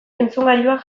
entzungailuak